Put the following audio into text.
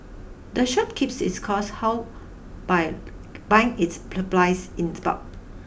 the shop keeps its costs how by buying its supplies in the bulb